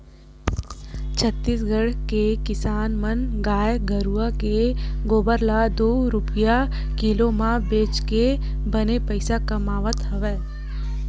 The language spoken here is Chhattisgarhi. छत्तीसगढ़ के किसान मन गाय गरूवय के गोबर ल दू रूपिया किलो म बेचके बने पइसा कमावत हवय